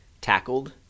tackled